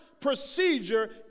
procedure